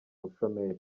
bushomeri